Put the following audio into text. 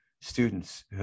students